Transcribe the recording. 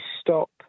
stop